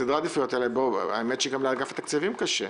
בסדרי העדיפויות האלה, גם לאגף התקציבים קשה.